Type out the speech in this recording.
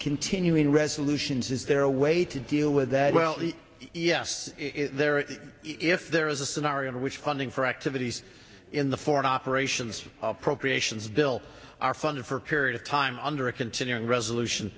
continuing resolutions is there a way to deal with that well yes if there is a scenario in which funding for activities in the foreign operations appropriations bill are funny for a period of time under a continuing resolution